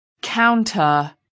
counter